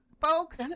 folks